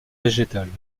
végétales